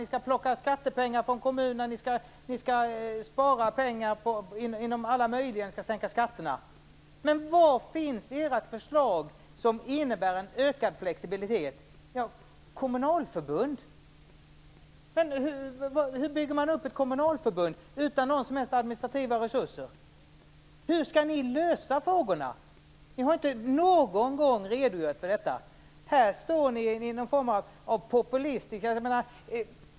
Ni skall plocka skattepengar från kommunerna, ni skall spara pengar inom alla möjliga områden, ni skall sänka skatterna. Men var finns ert förslag som innebär en ökad flexibilitet? Kommunalförbund, säger ni. Hur bygger man upp ett kommunalförbund utan några som helst administrativa resurser? Hur skall ni lösa frågorna? Ni har inte någon gång redogjort för detta. Det är någon form av populism.